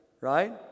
right